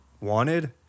wanted